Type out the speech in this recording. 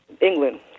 England